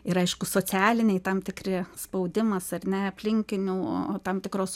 ir aišku socialiniai tam tikri spaudimas ar ne aplinkinių tam tikros